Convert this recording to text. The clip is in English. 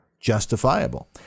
justifiable